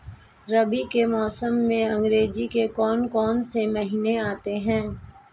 रबी के मौसम में अंग्रेज़ी के कौन कौनसे महीने आते हैं?